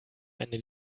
ende